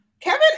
Kevin